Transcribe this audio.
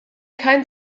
kein